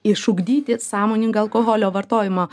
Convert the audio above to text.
išugdyti sąmoningą alkoholio vartojimo